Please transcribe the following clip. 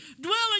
dwelling